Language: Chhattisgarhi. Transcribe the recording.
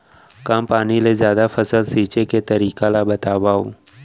कम पानी ले जादा फसल सींचे के तरीका ला बतावव?